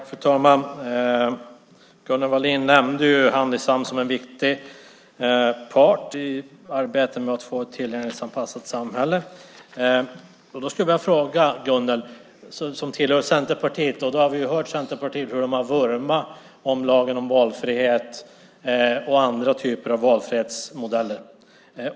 Fru talman! Gunnel Wallin nämnde Handisam som en viktig part i arbetet med att få ett tillgänglighetsanpassat samhälle. Gunnel tillhör ju Centerpartiet och vi har hört hur Centerpartiet vurmar för lagen om valfrihet och andra typer av valfrihetsmodeller.